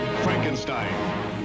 frankenstein